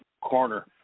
corner